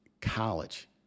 college